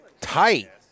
Tight